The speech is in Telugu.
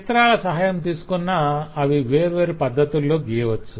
చిత్రాల సహాయం తీసుకున్నా అవి వేర్వేరు పద్ధతుల్లో గీయవచ్చు